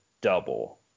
double